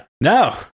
No